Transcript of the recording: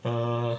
mm